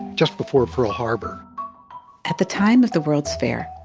just before pearl harbor at the time of the world's fair,